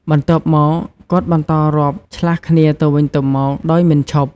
បន្ទាប់មក គាត់បន្តរាប់ឆ្លាស់គ្នាទៅវិញទៅមកដោយមិនឈប់។